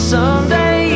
Someday